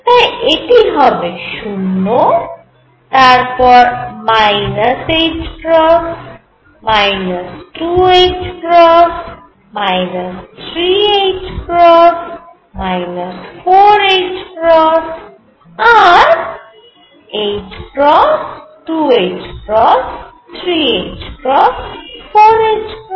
তাই এটি হবে 0 তারপর ℏ 2ℏ 3ℏ 4ℏ আর ℏ 2ℏ 3ℏ 4ℏ